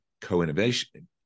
Co-Innovation